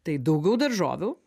tai daugiau daržovių